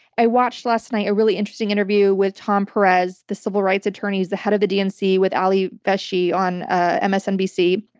i watched, last night, a really interesting interview with tom perez, the civil rights attorney, the head of the dnc, with ali velshi on ah msnbc.